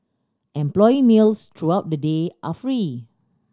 employee meals throughout the day are free